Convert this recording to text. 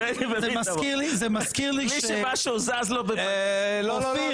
זה מזכיר לי, אופיר,